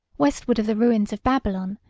westward of the ruins of babylon,